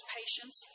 patience